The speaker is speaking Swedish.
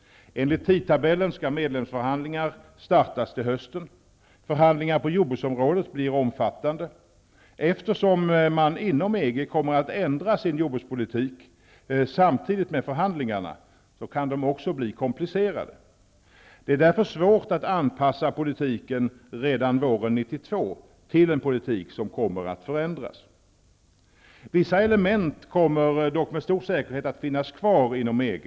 Enligt tidtabellen skall medlemsförhandlingar startas till hösten. Förhandlingarna på jordbruksområdet blir omfattande, och eftersom man inom EG kommer att ändra sin jordbrukspolitik samtidigt med förhandlingarna kan de också bli komplicerade. Därför är det svårt att anpassa politiken redan våren 1992 till en politik som kommer att förändras. Vissa element kommer dock med stor säkerhet att finnas kvar inom EG.